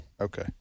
okay